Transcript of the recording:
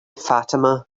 fatima